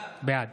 בעד